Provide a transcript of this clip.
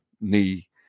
knee